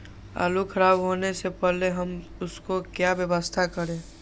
आलू खराब होने से पहले हम उसको क्या व्यवस्था करें?